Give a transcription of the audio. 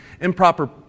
improper